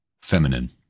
feminine